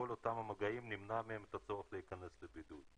נמנע מכל אותם המגעים את הצורך להיכנס לבידוד.